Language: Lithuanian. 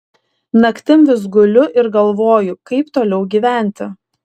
naktim vis guliu ir galvoju kaip toliau gyventi